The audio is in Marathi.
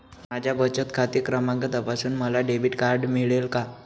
माझा बचत खाते क्रमांक तपासून मला डेबिट कार्ड मिळेल का?